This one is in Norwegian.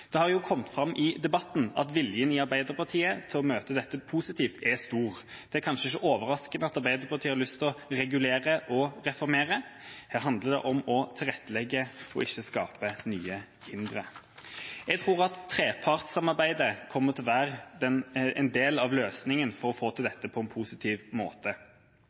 Det har jo kommet fram i debatten at viljen i Arbeiderpartiet til å møte dette positivt er stor. Det er kanskje ikke overraskende at Arbeiderpartiet har lyst til å regulere og reformere. Her handler det om å tilrettelegge og ikke skape nye hindre. Jeg tror at trepartssamarbeidet kommer til å være en del av løsningen for å få til dette på en positiv måte.